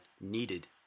needed